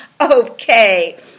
okay